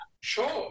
sure